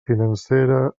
financera